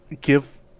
Give